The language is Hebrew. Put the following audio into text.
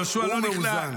הוא מאוזן.